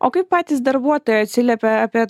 o kaip patys darbuotojai atsiliepia apie